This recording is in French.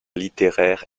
littéraire